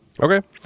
Okay